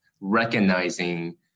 recognizing